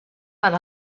per